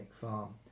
Farm